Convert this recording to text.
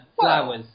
Flowers